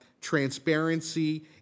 transparency